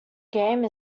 game